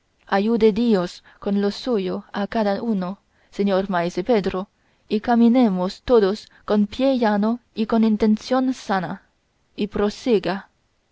ayude dios con lo suyo a cada uno señor maese pedro y caminemos todos con pie llano y con intención sana y prosiga